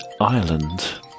Ireland